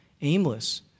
aimless